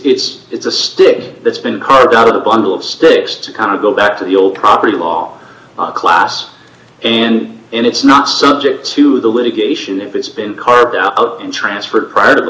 it's a stick that's been carved out of a bundle of sticks to kind of go back to the old property law class and and it's not subject to the litigation if it's been carved out transferred prior to